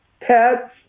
pets